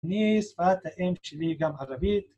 ‫אני שפת האם שלי גם ערבית.